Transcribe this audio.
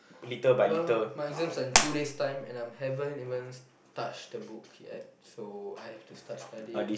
well my exams are in two days time and I'm haven't even touch the book yet so I have to start studying